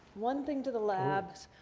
one thing to the labs,